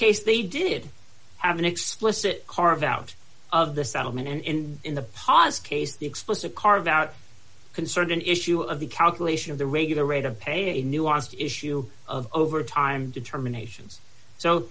case they did have an explicit carve out of the settlement and in the pas case the explicit carve out concerned an issue of the calculation of the regular rate of pay and nuanced issue of overtime determinations so